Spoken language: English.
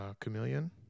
Chameleon